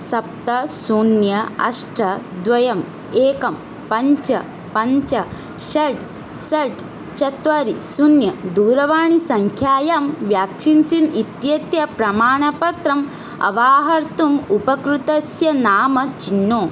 सप्त शून्यम् अष्ट द्वयम् एकं पञ्च पञ्च षट् षट् चत्वारि शून्यं दूरवाणीसङ्ख्यायां व्याक्षीन्सिन् इत्येतत् प्रमाणपत्रम् अवाहर्तुम् उपकृतस्य नामं चिन्नु